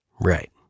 Right